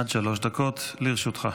עד שלוש דקות לרשותך.